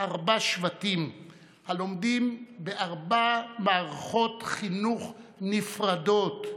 ארבעה שבטים הלומדים בארבע מערכות חינוך נפרדות,